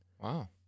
Wow